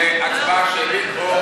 להצבעה שמית,